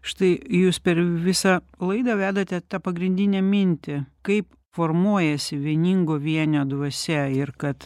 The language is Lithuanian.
štai jūs per vi visą laidą vedate tą pagrindinę mintį kaip formuojasi vieningo vienio dvasia ir kad